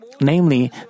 Namely